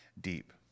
deep